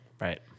Right